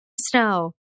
Snow